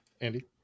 Andy